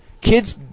Kids